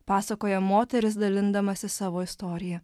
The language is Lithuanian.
pasakoja moteris dalindamasi savo istorija